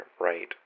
right